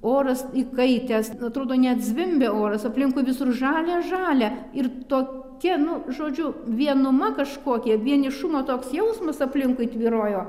oras įkaitęs atrodo net zvimbia oras aplinkui visur žalia žalia ir tokia nu žodžiu vienuma kažkokia vienišumo toks jausmas aplinkui tvyrojo